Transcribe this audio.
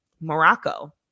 Morocco